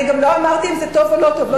אני גם לא אמרתי אם זה טוב או לא טוב.